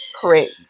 correct